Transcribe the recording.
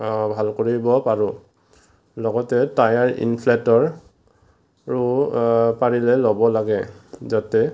ভাল কৰিব পাৰোঁ লগতে টায়াৰ ইনফ্লেটৰো পাৰিলে ল'ব লাগে যাতে